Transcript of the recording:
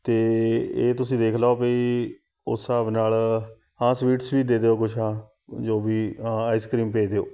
ਅਤੇ ਇਹ ਤੁਸੀਂ ਦੇਖ ਲਉ ਬਈ ਉਸ ਹਿਸਾਬ ਨਾਲ ਹਾਂ ਸਵੀਟਸ ਵੀ ਦੇ ਦਿਉ ਕੁਛ ਹਾਂ ਜੋ ਵੀ ਹਾਂ ਆਈਸ ਕ੍ਰੀਮ ਭੇਜ ਦਿਉ